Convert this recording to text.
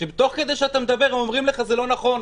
כשתוך כדי זה שאתה מדבר הם אומרים לך שזה לא נכון,